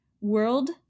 world